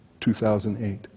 2008